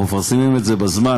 אנחנו מפרסמים את זה בזמן.